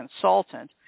consultant